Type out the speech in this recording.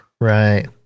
Right